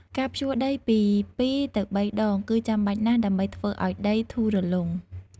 ការភ្ជួរដីពី ២ ទៅ ៣ ដង គឺចាំបាច់ណាស់ដើម្បីធ្វើឱ្យដីធូររលុង។